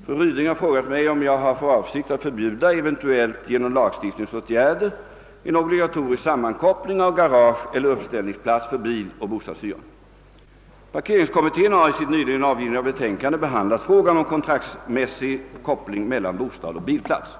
Herr talman! Fru Ryding har frågat mig, om jag har för avsikt att förbjuda, eventuellt genom lagstiftningsåtgärder, en obligatorisk sammankoppling av garage eller uppställningsplats för bil och bostadshyran. Parkeringskommittén har i sitt nyligen avgivna betänkande behandlat frågan om kontraktsmässig koppling mellan bostad och bilplats.